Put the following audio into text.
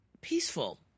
peaceful